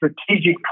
strategic